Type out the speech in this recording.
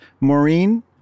Maureen